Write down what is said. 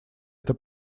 это